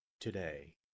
today